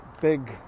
big